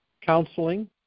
counseling